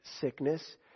sickness